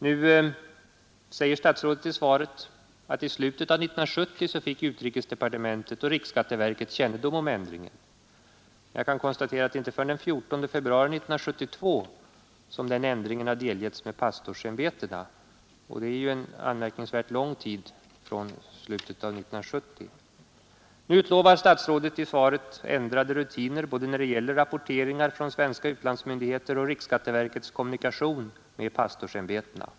Nu säger statsrådet i svaret att i slutet av 1970 fick utrikesdepartementet och riksskatteverket kännedom om ändringen. Jag kan konstatera att den ändringen inte förrän den 14 februari 1972 delgetts pastorsämbetena, och det är en anmärkningsvärd lång tid. Statsrådet utlovar i svaret ändrade rutiner både när det gäller rapporteringar från svenska utlandsmyndigheter och riksskatteverkets kommunikation med pastorsämbetena.